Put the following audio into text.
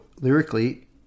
lyrically